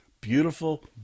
Beautiful